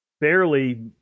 barely